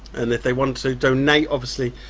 and if they want to donate obviously